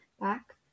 back